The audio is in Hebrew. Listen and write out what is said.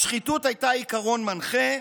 השחיתות היה עיקרון מנחה,